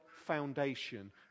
foundation